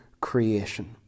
creation